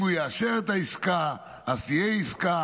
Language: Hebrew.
אם הוא יאשר את העסקה, תהיה עסקה.